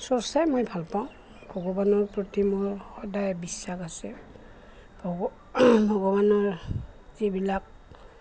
চৰ্চাই মই ভালপাওঁ ভগৱানৰ প্ৰতি মোৰ সদায় বিশ্বাস আছে ভগ ভগৱানৰ যিবিলাক